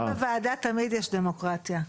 אצלך בוועדה תמיד יש דמוקרטיה.